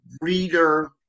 reader